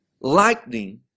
lightning